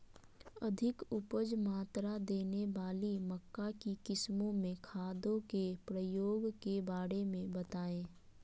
अधिक उपज मात्रा देने वाली मक्का की किस्मों में खादों के प्रयोग के बारे में बताएं?